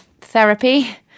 Therapy